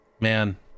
Man